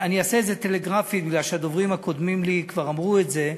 אני אעשה את זה טלגרפית מפני שהדוברים הקודמים לי כבר אמרו את זה.